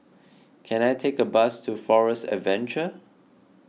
can I take a bus to Forest Adventure